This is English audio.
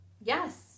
Yes